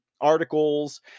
articles